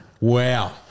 Wow